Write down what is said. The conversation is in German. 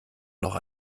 noch